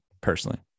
personally